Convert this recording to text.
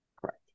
Correct